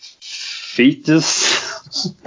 fetus